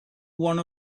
one